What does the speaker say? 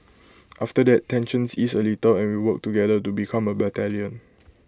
after that tensions ease A little and we work together to become A battalion